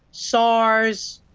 sars,